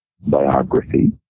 biography